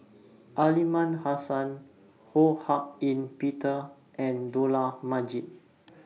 Aliman Hassan Ho Hak Ean Peter and Dollah Majid